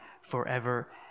forever